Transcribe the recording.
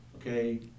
okay